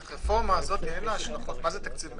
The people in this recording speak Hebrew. אין פה השלכות על תקציב המדינה.